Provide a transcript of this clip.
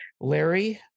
Larry